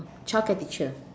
childcare teacher